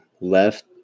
left